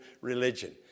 religion